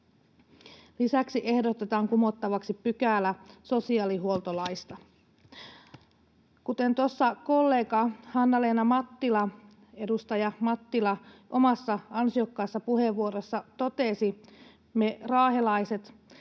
Lisäksi ehdotetaan kumottavaksi pykälä sosiaalihuoltolaista. Kuten tuossa kollega Hanna-Leena Mattila, edustaja Mattila, omassa ansiokkaassa puheenvuorossaan totesi, me raahelaiset